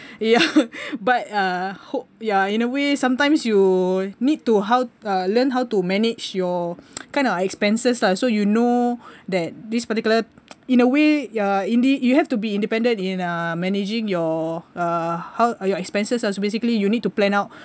ya but uh hope ya in a way sometimes you need to how uh learn how to manage your kind of expenses lah so you know that this particular in a way ya indeed you have to be independent in uh managing your uh how are your expenses ah so basically you need to plan out